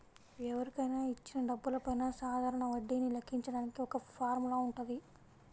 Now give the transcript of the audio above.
ఎవరికైనా ఇచ్చిన డబ్బులపైన సాధారణ వడ్డీని లెక్కించడానికి ఒక ఫార్ములా వుంటది